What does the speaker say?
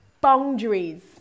boundaries